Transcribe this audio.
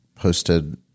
posted